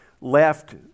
left